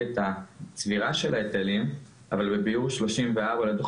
את הצבירה של ההיטלים אבל בסעיף ה' בביאור 34 לדוח